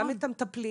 גם את המטפלים,